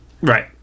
Right